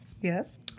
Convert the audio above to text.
Yes